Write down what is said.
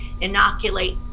inoculate